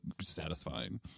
satisfying